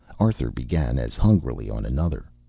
arthur began as hungrily on another.